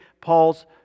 Paul's